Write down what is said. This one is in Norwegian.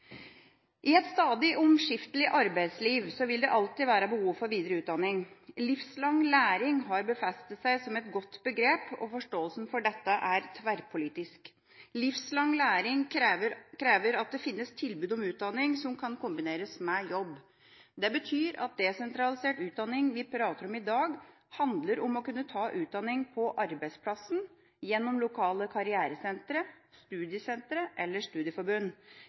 I et stadig omskiftelig arbeidsliv vil det alltid være behov for videre utdanning. Livslang læring har befestet seg som et godt begrep, og forståelsen for dette er tverrpolitisk. Livslang læring krever at det finnes tilbud om utdanning som kan kombineres med jobb. Det betyr at desentralisert utdanning som vi prater om i dag, handler om å kunne ta utdanning på arbeidsplassen eller gjennom lokale karrieresentre, studiesentre eller studieforbund,